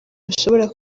bishobora